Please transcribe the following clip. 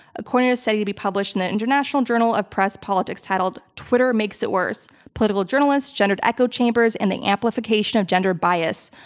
according to a study to be published in the the international journal of press politics, titled twitter makes it worse political journalists, gendered echo chambers, and the amplification of gender bias.